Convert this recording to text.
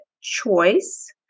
choice